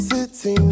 City